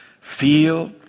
feel